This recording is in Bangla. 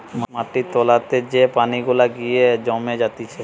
মাটির তোলাতে যে পানি গুলা গিয়ে জমে জাতিছে